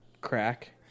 crack